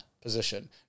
position